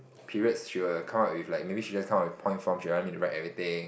periods she'll come up with maybe she'll just come up with point forms she will want me to write everything